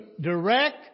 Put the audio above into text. direct